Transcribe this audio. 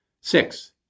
Six